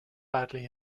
badly